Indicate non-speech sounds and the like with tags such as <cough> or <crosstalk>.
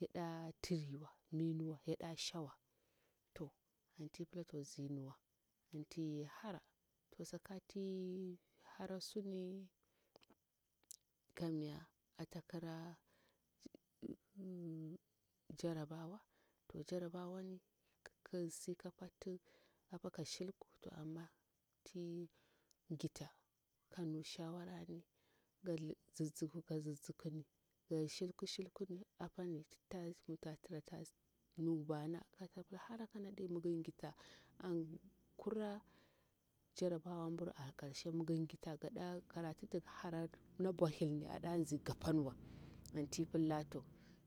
Yada tiriwa mi nuwa yada shawa to anti pila to nzi nuwa anti hara to saka ti hara suni kamya ata kira <hesitation> jarabawa to jarabawani kisi ka pakti apa ka shilku to ama tin ngita ka nu shawarani ga lu ga zizziku ga zizzikuni ga shilku shilkuni apani ti mi ta tira ta nu bwana ka ta pila hara kanadi mi gin ngita an kura jarabawan nbur a karshe mi gin ngita gada karatu ti gihara na bwohilni adanzi gapanwa anti pilla to